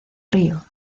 río